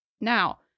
Now